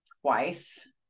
twice